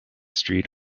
street